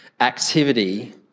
activity